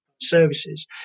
services